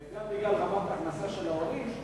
וגם בגלל רמת הכנסה של הורים,